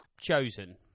chosen